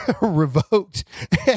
revoked